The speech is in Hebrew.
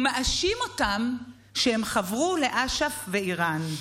הוא מאשים אותם שהם חברו לאש"ף ולאיראן.